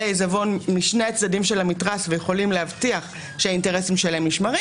העיזבון משני הצדדים של המתרס ויכולים להבטיח שהאינטרסים שלהם נשמרים